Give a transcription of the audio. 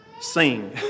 sing